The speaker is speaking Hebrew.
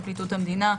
פרקליטות המדינה,